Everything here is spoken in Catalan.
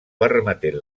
permetent